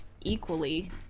equally